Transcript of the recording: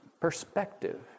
perspective